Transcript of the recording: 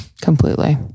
Completely